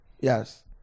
yes